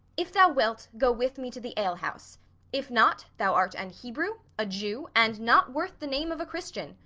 if thou wilt, go with me to the alehouse if not, thou art an hebrew, a jew, and not worth the name of a christian.